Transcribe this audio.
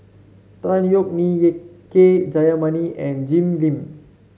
Tan Yeok Nee Ye K Jayamani and Jim Lim